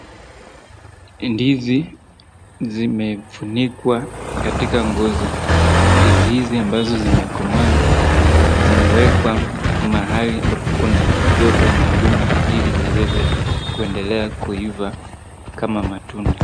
Ndizi zimefunikwa katika ngozi. Ndizi hizi ambazo zimekomaa zimewekwa mahali ambapo kuna joto maalum ili ziweze kuendelea kuiva kama matunda.